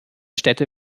städte